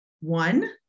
one